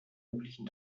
möglichen